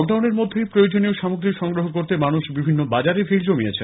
lock ডাউনের মধ্যেই প্রয়োজনীয় সামগ্রী সংগ্রহ করতে মানুষ বিভিন্ন বাজারে ভিড় জমিয়েছেন